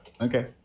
okay